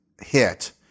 hit